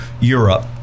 Europe